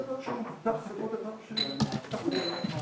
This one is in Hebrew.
המצב הזה שאנחנו כביכול מנסים לכפות איזה סוג של אמירה לכלל החברה,